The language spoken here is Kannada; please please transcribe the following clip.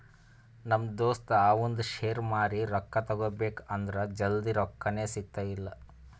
ನಮ್ ದೋಸ್ತ ಅವಂದ್ ಶೇರ್ ಮಾರಿ ರೊಕ್ಕಾ ತಗೋಬೇಕ್ ಅಂದುರ್ ಜಲ್ದಿ ರೊಕ್ಕಾನೇ ಸಿಗ್ತಾಯಿಲ್ಲ